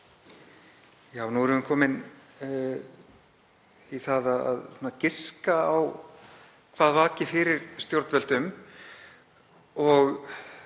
Já, nú erum við komin í það að giska á hvað vaki fyrir stjórnvöldum. Ég